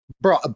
Bro